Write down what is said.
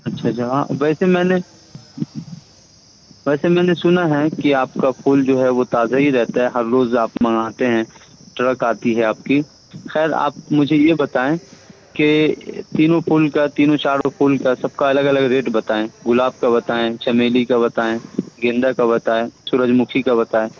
اچھا جہاں ویسے میں نے ویسے میں نے سنا ہے کہ آپ کا پھول جو ہے وہ تازہ ہی رہتا ہے ہر روز آپ منگاتے ہیں ٹرک آتی ہے آپ کی خیر آپ مجھے یہ بتائیں کہ تینوں پھول کا تینوں چاروں پھول کا سب کا الگ الگ ریٹ بتائیں گلاب کا بتائیں چنبیلی کا بتائیں گیندا کا بتائیں سورج مکھی کا بتائیں